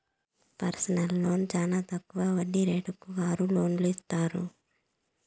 personal loan చానా తక్కువ వడ్డీ రేటుతో కారు లోన్లను ఇత్తారు